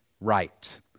right